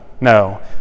no